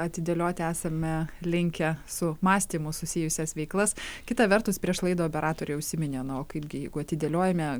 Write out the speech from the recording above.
atidėlioti esame linkę su mąstymu susijusias veiklas kita vertus prieš laidą operatorė užsiminė na o kaipgi jeigu atidėliojame